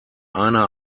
einer